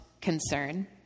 concern